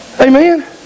Amen